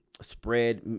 spread